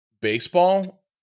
baseball